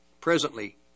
presently